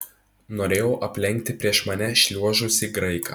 norėjau aplenkti prieš mane šliuožusį graiką